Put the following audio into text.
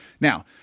Now